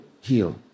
heal